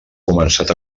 començat